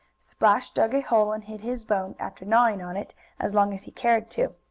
splash dug a hole and hid his bone, after gnawing on it as long as he cared to.